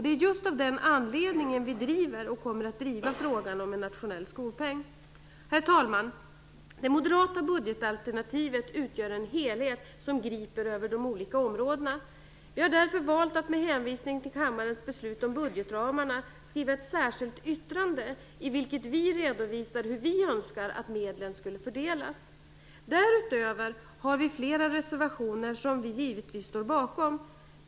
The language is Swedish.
Det är just av den anledningen som vi driver, och kommer att driva, frågan om en nationell skolpeng. Herr talman! Det moderata budgetalternativet utgör en helhet som griper över de olika områdena. Vi har därför valt att med hänvisning till kammarens beslut om budgetramarna skriva ett särskilt yttrande, i vilket vi redovisar hur vi önskar att medlen fördelas. Därutöver har vi flera reservationer, vilka vi givetvis står bakom.